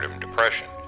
depression